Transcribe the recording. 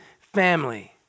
family